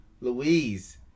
Louise